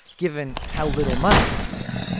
given how little money he spent.